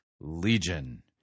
Legion